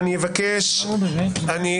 ולדימיר בליאק, צא בבקשה, אתה בקריאה שלישית.